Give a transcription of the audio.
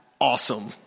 awesome